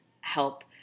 help